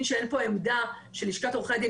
שאין פה עמדה של לשכת עורכי הדין.